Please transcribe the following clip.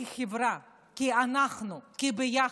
כחברה, כאנחנו, כביחד,